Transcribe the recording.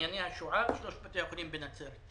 מעייני הישועה ושלושת בתי החולים בנצרת.